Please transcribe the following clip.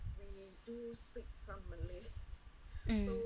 mm